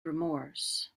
remorse